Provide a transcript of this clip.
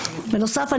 בנוסף,